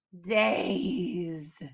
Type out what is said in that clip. days